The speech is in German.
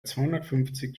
zweihundertfünfzig